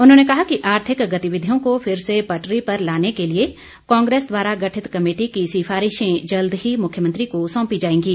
उन्होंने कहा कि आर्थिक गतिविधियों को फिर से पटरी पर लाने के लिए कांग्रेस द्वारा गठित कमेटी की सिफारिशें जल्द ही मुख्यमंत्री को सौंपी जाएंगी